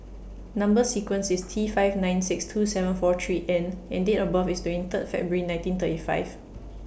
Number sequence IS T five nine six two seven four three N and Date of birth IS twenty Third February nineteen thirty five